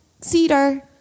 cedar